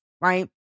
right